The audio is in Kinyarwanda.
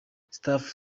staff